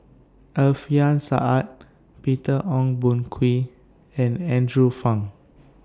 Alfian Sa'at Peter Ong Boon Kwee and Andrew Phang